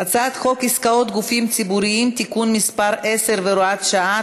הצעת חוק עסקאות גופים ציבוריים (תיקון מס' 10 והוראת שעה),